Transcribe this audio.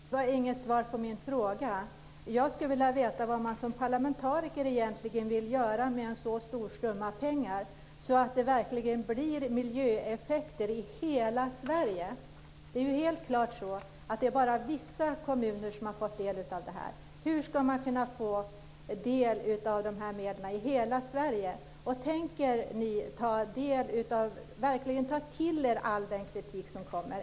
Fru talman! Det var inget svar på min fråga. Jag skulle vilja veta vad man som parlamentariker egentligen vill göra med en så stor summa pengar, så att det verkligen blir miljöeffekter i hela Sverige. Det är ju helt klart så att det bara är vissa kommuner som har fått del av det här. Hur ska man kunna få del av de här medlen i hela Sverige? Tänker ni verkligen ta till er all den kritik som kommer?